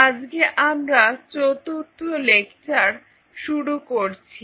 আজকে আমরা চতুর্থ লেকচার শুরু করছি